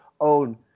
own